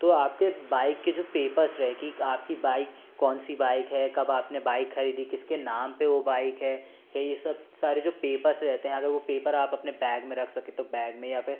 तो आपके बाइक के जो पेपर्स रहे कि आपकी बाइक कौन सी बाइक है कब आपने बाइक खरीदी किसके नाम पे वो बाइक है कहीं ये सब सारे जो पेपर्स रहते हैं अगर वो पेपर आप अपने बैग में रख सकें तो बैग में या फिर